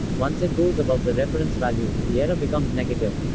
once it goes above the reference value, the error becomes negative.